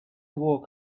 walk